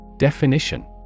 Definition